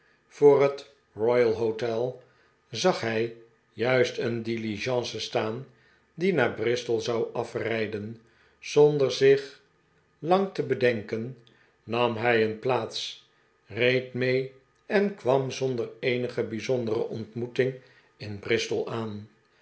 voor het royal hotel zag hij juist een diligence staan die naar bristol zou afrijden zonder zich lang te bedenken nam hij een plaats reed mee en kwam zonder eenige bijzondere ontmoeting in bristol aan